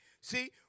See